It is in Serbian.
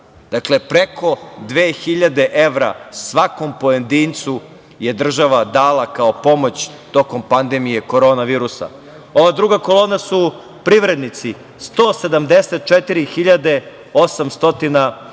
Dakle, preko 2.000 evra svakom pojedincu je država dala kao pomoć tokom pandemije korona virusa. Ova druga kolona su privrednici – 174.806 dinara.